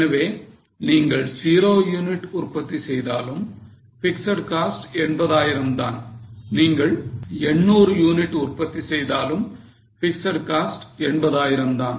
எனவே நீங்கள் 0 யூனிட் உற்பத்தி செய்தாலும் பிக்ஸட் காஸ்ட் 80000 தான் நீங்கள் 800 யூனிட் உற்பத்தி செய்தாலும் பிக்ஸட் காஸ்ட் 80000 தான்